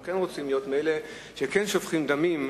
אנחנו כן רוצים להיות מאלה ששופכים דמים,